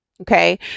Okay